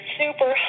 super